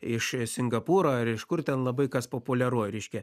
iš singapūro ar iš kur ten labai kas populiaru reiškia